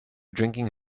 drinking